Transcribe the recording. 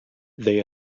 they